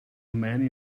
man